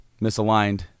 Misaligned